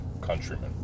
countrymen